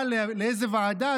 בא לאיזו ועדה,